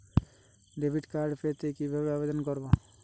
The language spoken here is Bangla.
ডেবিট কার্ড পেতে কিভাবে আবেদন করব?